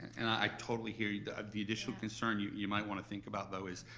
and i totally hear you, the ah the additional concern you you might want to think about though is,